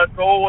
go